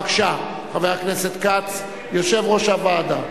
בבקשה, חבר הכנסת כץ, יושב-ראש הוועדה.